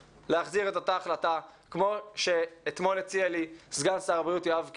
להחזיר את אותה החלטה כמו שאתמול הציע לי סגן שר הבריאות יואב קיש.